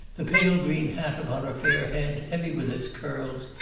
the pale-green hat upon her fair head heavy with its curls!